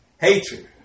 Hatred